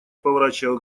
поворачивая